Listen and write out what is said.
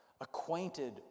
acquainted